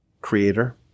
Creator